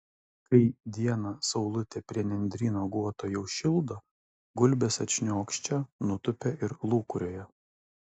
kai dieną saulutė prie nendryno guoto jau šildo gulbės atšniokščia nutūpia ir lūkuriuoja